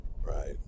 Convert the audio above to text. right